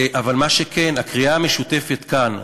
אבל מה שכן, הקריאה המשותפת כאן,